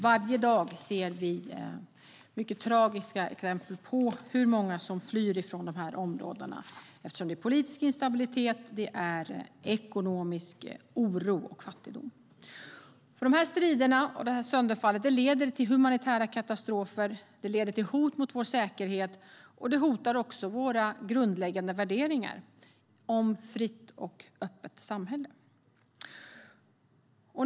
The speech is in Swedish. Varje dag ser vi tragiska exempel på hur många flyr från de här områdena på grund av politisk instabilitet, ekonomisk oro och fattigdom. Dessa strider och detta sönderfall leder till humanitära katastrofer och hot mot vår säkerhet. Det hotar också våra grundläggande värderingar om ett fritt och öppet samhälle.